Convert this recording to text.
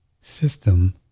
system